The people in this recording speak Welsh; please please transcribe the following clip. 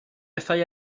bethau